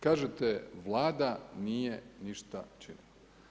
Kažete Vlada nije ništa činila.